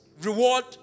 reward